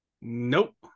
Nope